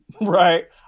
Right